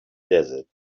desert